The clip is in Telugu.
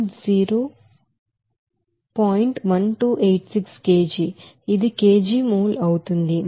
1286 kg ఇది kg mole అవుతుంది మరియు 0